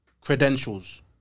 Credentials